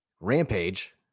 rampage